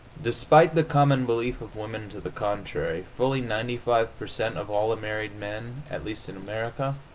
despite the common belief of women to the contrary, fully ninety five per cent. of all married men, at least in america,